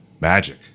magic